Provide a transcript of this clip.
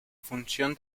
función